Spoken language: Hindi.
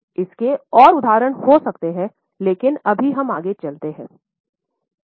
इसके और उदाहरण हो सकते हैं लेकिन अभी हमें आगे चलते हैं